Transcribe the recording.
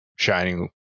shining